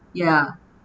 ya